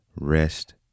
rest